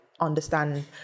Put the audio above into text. understand